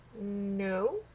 No